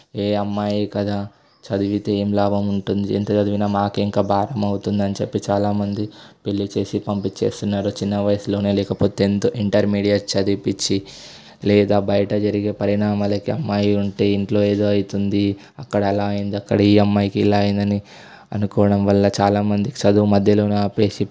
ఏ అమ్మాయి కదా చదివితే ఏమి లాభం ఉంటుంది ఎంత చదివినా మాకు ఇంకా భారం అవుతుంది అని చెప్పి చాలామంది పెళ్లి చేసి పంపిచేస్తున్నారు చిన్న వయసులోనే లేకపోతే టెన్త్ ఇంటర్మీడియట్ చదివించి లేదా బయట జరిగే పరిణామాలకు అమ్మాయి ఉంటే ఇంట్లో ఏదో అవుతుంది అక్కడ అలా అయింది ఈ అమ్మాయికి ఇలా అయ్యిందని అనుకోవడం వల్ల చాలామంది చదువు మధ్యలోనే ఆపేసి